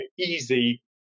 easy